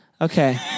Okay